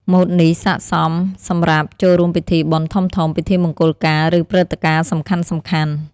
ម៉ូតនេះស័ក្តិសមសម្រាប់ចូលរួមពិធីបុណ្យធំៗ ពិធីមង្គលការ ឬព្រឹត្តិការណ៍សំខាន់ៗ។